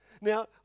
now